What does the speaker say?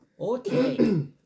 Okay